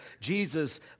Jesus